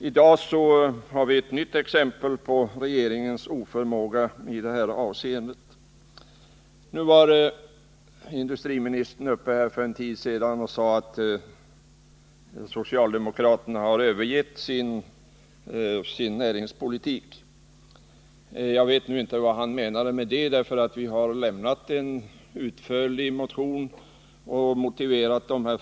I dag har vi ett nytt exempel på regeringens oförmåga i detta avseende. För en stund sedan var industriministern uppe i talarstolen och sade att socialdemokraterna har övergivit sin näringspolitik. Jag vet inte vad industriministern menade med detta, då vi ju har lämnat en utförlig motion med motiveringar.